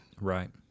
Right